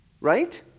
right